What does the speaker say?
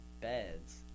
beds